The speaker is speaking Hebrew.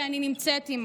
שאני נמצאת עימו.